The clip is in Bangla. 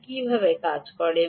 এটি কীভাবে কাজ করে